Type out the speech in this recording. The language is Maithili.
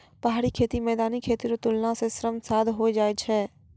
पहाड़ी खेती मैदानी खेती रो तुलना मे श्रम साध होय जाय छै